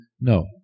No